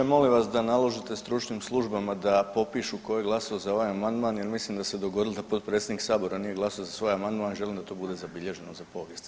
Molim vas da naložite stručnim službama da popišu tko je glasao za ovaj amandman jer mislim da se dogodilo da potpredsjednik Sabora nije glasao za svoj amandman, želim da to bude zabilježeno za povijest.